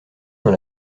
dans